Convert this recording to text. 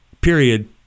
period